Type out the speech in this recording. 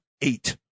eight